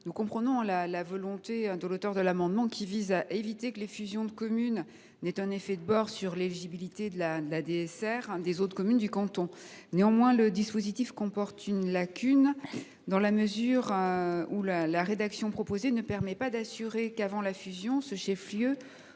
Nous comprenons la volonté d’éviter que les fusions de communes n’aient un effet de bord sur l’éligibilité à la DSR des autres communes du canton. Néanmoins, ce dispositif comporte une lacune, dans la mesure où la rédaction proposée ne permet pas d’assurer qu’avant la fusion ce chef lieu